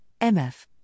MF